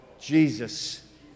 Jesus